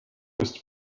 ist